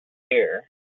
here